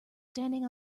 standing